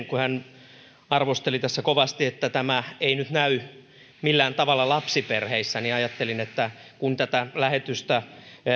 kun edustaja rinne arvosteli tässä kovasti että tämä ei nyt näy millään tavalla lapsiperheissä ajattelin että kun tätä lähetystä